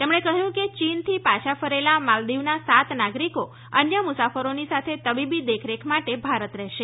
તેમણે કહ્યું કે ચીનથી પાછા ફરેલાં માલદીવના સાત નાગરિકો અન્ય મુસાફરોની સાથે તબીબી દેખરેખ માટે ભારત રહેશે